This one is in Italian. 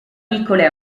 piccole